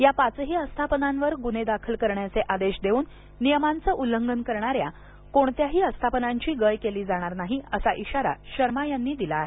या पाचही आस्थापनांवर गुन्हे दाखल करण्याचे आदेश देऊन नियमांचं उल्लंघन करणाऱ्या कोणत्याही आस्थापनांची गय केली जाणार नाही असा इशारा शर्मा यांनी दिला आहे